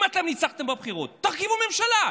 אם אתם ניצחתם בבחירות, תרכיבו ממשלה.